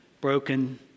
broken